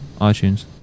iTunes